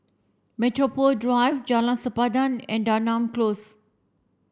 Metropole Drive Jalan Sempadan and Denham Close